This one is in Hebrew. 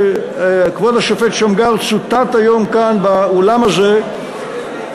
וכבוד השופט שמגר צוטט היום כאן באולם הזה,